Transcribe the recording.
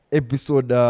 episode